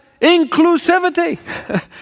inclusivity